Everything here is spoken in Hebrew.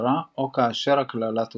בצרה או כאשר הקללה תוסר.